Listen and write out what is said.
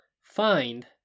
find